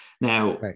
Now